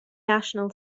national